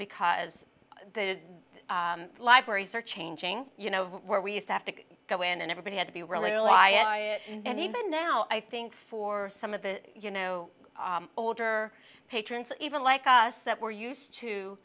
because the libraries are changing you know where we used to have to go in and everybody had to be really reliable and even now i think for some of the you know older patrons even like us that were used to